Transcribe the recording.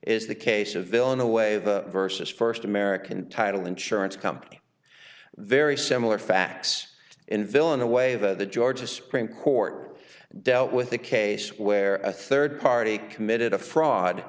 is the case of villain away the versus first american title insurance company very similar facts in fill in a way that the georgia supreme court dealt with a case where a third party committed a fraud